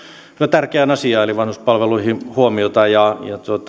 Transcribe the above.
tärkeään asiaan eli vanhuspalveluihin huomiota